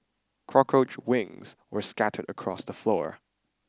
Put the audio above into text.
cockroach wings were scattered across the floor